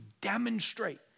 demonstrate